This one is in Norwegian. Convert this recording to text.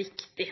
vi